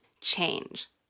change